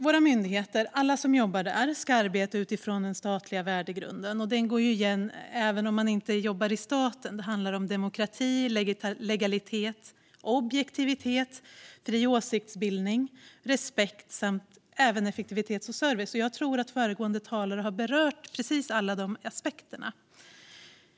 Våra myndigheter och alla som jobbar där ska arbeta utifrån den statliga värdegrunden. Den går igen även om man inte jobbar i staten. Det handlar om demokrati, legalitet, objektivitet, fri åsiktsbildning, respekt samt effektivitet och service. Jag tror att föregående talare har berört precis alla de aspekterna.